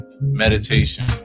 Meditation